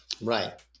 Right